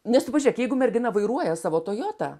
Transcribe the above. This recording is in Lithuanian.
nes tu pažiūrėk jeigu mergina vairuoja savo tojotą